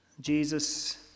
Jesus